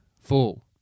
full